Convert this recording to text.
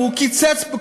הוא קיצץ.